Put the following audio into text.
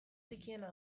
txikiena